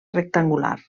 rectangular